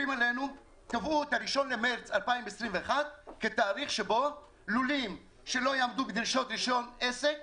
קבעו את ה-1 במארס 2021 כתאריך שבו לולים שלא יעמדו בדרישות רישיון עסק